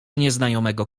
nieznajomego